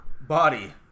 Body